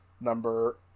number